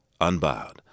Unbowed